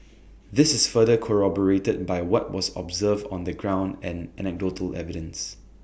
this is further corroborated by what was observed on the ground and anecdotal evidence